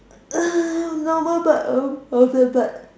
uh normal bike normal bike